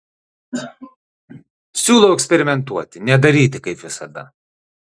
siūlau eksperimentuoti nedaryti kaip visada